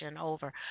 over